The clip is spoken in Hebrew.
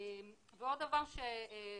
יש